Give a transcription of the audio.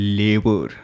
labor